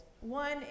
One